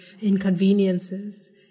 inconveniences